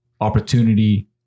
opportunity